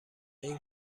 این